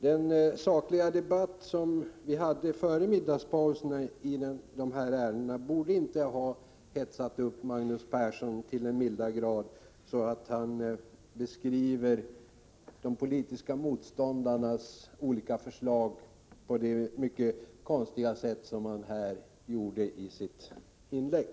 Den sakliga debatt som vi hade före middagspausen i dessa ärenden borde inte ha hetsat upp Magnus Persson till den milda grad att han beskriver de politiska motståndarnas olika förslag så konstigt som han gjorde i sitt inlägg.